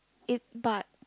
eh but